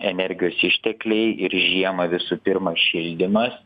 energijos ištekliai ir žiemą visų pirma šildymas